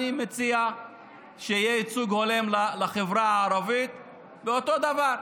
אני מציע שיהיה ייצוג הולם לחברה הערבית אותו דבר.